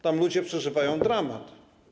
Tam ludzie przeżywają dramat.